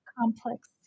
complex